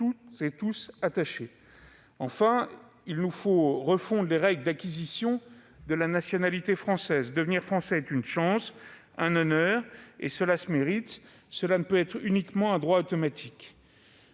toutes et tous attachés. Il nous faut, enfin, refondre les règles d'acquisition de la nationalité française. Devenir Français est une chance, un honneur ; cela se mérite et ne peut être un simple droit automatique.